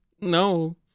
no